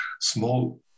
small